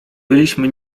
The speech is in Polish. byliśmy